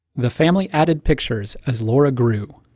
the family added pictures as laura grew.